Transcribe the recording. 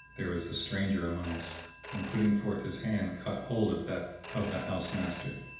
there is a stranger amongst us and, putting forth his hand, caught hold of that of the house master.